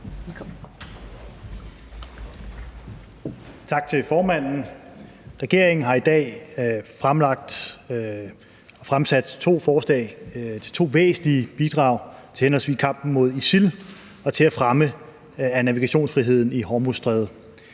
Tak til formanden. Regeringen har i dag fremsat to forslag, nemlig to væsentlige bidrag til henholdsvis kampen mod ISIL og til at fremme navigationsfriheden i Hormuzstrædet.